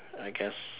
I guess